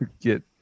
Get